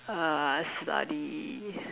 ah study